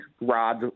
Rod